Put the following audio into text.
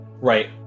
right